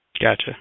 Gotcha